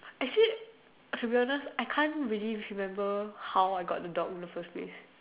actually to be honest I can't really remember how I got the dog in the first place